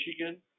Michigan